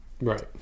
right